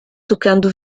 tocando